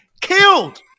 killed